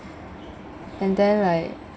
and then like